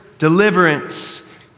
deliverance